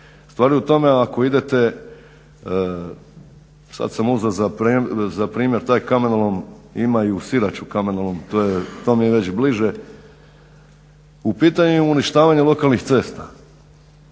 Stvar je u tome ako idete sad sam uzeo za primjer taj kamenolom, ima i u Siraću kamenolom. To mi je već bliže. U pitanju je uništavanje lokalnih cesta.